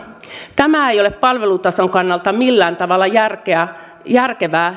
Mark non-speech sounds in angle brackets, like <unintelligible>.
tämä ei ole palvelutason kannalta millään tavalla järkevää <unintelligible>